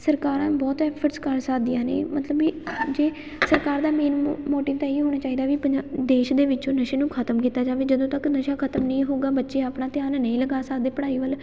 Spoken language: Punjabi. ਸਰਕਾਰਾਂ ਬਹੁਤ ਐਫਰਟਸ ਕਰ ਸਕਦੀਆਂ ਨੇ ਮਤਲਬ ਜੇ ਸਰਕਾਰ ਦਾ ਮੇਨ ਮੋ ਮੋਟਿਵ ਤਾਂ ਇਹ ਹੀ ਹੋਣਾ ਚਾਹੀਦਾ ਵੀ ਪੰਜਾ ਦੇਸ਼ ਦੇ ਵਿੱਚੋਂ ਨਸ਼ੇ ਨੂੰ ਖ਼ਤਮ ਕੀਤਾ ਜਾਵੇ ਜਦੋਂ ਤੱਕ ਨਸ਼ਾ ਖ਼ਤਮ ਨਹੀਂ ਹੋਊਗਾ ਬੱਚੇ ਆਪਣਾ ਧਿਆਨ ਨਹੀਂ ਲਗਾ ਸਕਦੇ ਪੜ੍ਹਾਈ ਵੱਲ